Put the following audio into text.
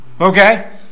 Okay